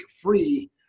Free